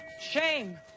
Shame